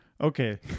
Okay